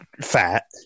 fat